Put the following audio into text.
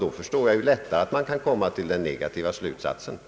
Då förstår jag lättare hur man kunnat komma till den negativa slutsats man gjort.